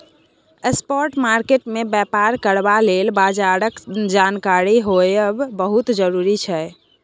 spot market मे बेपार करबा लेल बजारक जानकारी होएब बहुत जरूरी छै